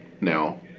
Now